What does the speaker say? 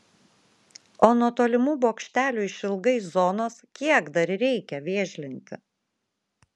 o nuo tolimų bokštelių išilgai zonos kiek dar reikia vėžlinti